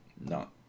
no